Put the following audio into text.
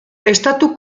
estatu